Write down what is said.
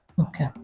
Okay